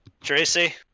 Tracy